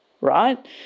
right